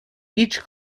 each